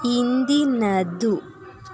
ಇಂದಿನದು